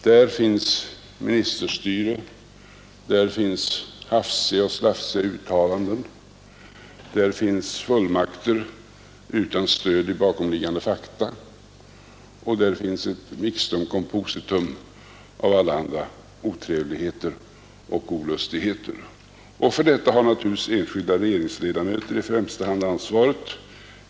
Där finns ministerstyre, där finns hafsiga och slafsiga uttalanden, där — Nr 77 finns fullmakter utan stöd i bakomliggande fakta och där finns ett Onsdagen den mixtum compositum av allehanda otrevligheter och olustigheter. För 10 maj 1972 detta har naturligtvis enskilda regeringsledamöter i främsta hand ansvaret.